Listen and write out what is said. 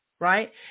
Right